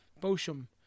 Bosham